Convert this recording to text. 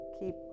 keep